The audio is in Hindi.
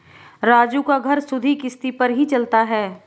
राजू का घर सुधि किश्ती पर ही चलता है